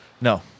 No